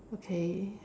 okay